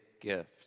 gift